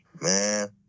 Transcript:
Man